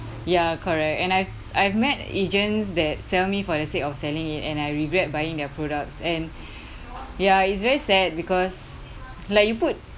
ya correct and I've I've met agents that sell me for the sake of selling it and I regret buying their products and ya it's very sad because like you put